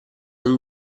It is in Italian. non